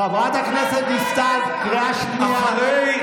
חברת הכנסת דיסטל, קריאה שנייה.